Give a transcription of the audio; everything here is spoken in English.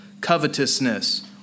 covetousness